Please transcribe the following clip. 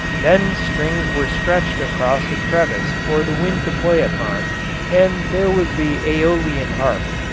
then strings were stretched across a crevice for the wind to play upon and there was the aeolian harp.